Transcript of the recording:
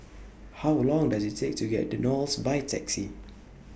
How Long Does IT Take to get to Knolls By Taxi